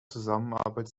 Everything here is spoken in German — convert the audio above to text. zusammenarbeit